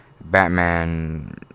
Batman